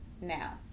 now